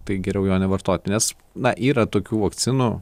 tai geriau jo nevartot nes na yra tokių vakcinų